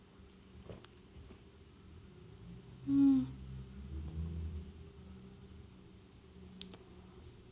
mm